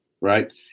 Right